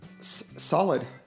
Solid